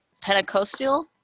Pentecostal